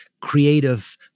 creative